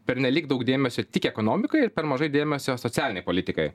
pernelyg daug dėmesio tik ekonomikai ir per mažai dėmesio socialinei politikai